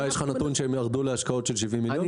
נתון שהם ירדו להשקעות של 70 מיליון?